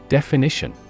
Definition